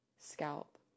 Scalp